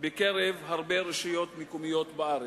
בקרב הרבה רשויות מקומיות בארץ.